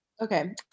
okay